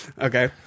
Okay